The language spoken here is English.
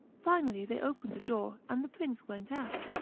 finally they opened the door, and the prince went out.